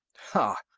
ha,